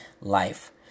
life